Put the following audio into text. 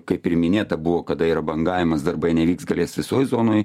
kaip ir minėta buvo kada yra bangavimas darbai nevyks galės visoj zonoj